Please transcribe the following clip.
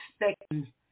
expecting